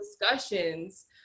discussions